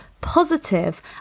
positive